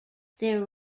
their